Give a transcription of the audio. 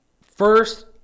first